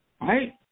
Right